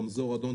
רמזור אדום,